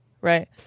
Right